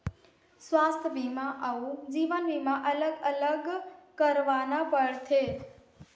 स्वास्थ बीमा अउ जीवन बीमा अलग अलग करवाना पड़थे?